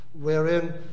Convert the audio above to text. wherein